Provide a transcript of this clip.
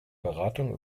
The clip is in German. beratung